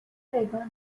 وگان